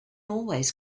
always